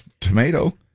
tomato